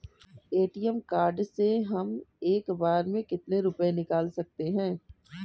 ATM card से हम एक बार में कितने रुपये निकाल सकते हैं?